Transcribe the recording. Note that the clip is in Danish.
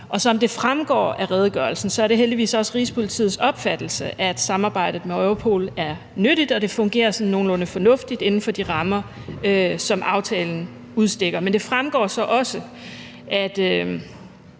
Og som det fremgår af redegørelsen, er det heldigvis også Rigspolitiets opfattelse, at samarbejdet med Europol er nyttigt, og at det fungerer sådan nogenlunde fornuftigt inden for de rammer, som aftalen udstikker, men det fremgår så også, at